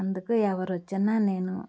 అందుకు ఎవరు వచ్చి నా నేను